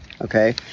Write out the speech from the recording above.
Okay